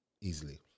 easily